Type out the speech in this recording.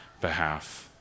behalf